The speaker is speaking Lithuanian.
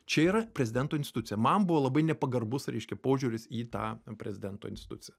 čia yra prezidento institucija man buvo labai nepagarbus reiškia požiūris į tą prezidento instituciją